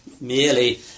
merely